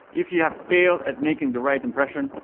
if you have failed at making the right impression,